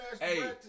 Hey